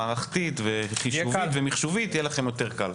מערכתית ומחשובית יהיה לכם יותר קל.